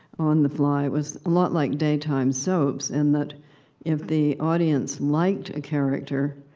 on the fly. it was a lot like daytime soaps, in that if the audience liked a character,